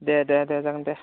दे दे दे जागोन दे